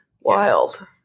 Wild